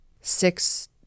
six